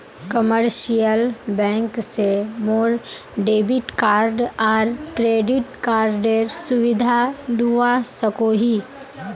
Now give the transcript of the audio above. commercial bank से मोर debit card आर क्रेडिट कार्डेर सुविधा लुआ सकोही